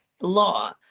law